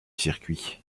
circuit